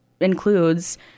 includes